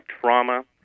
trauma